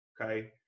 Okay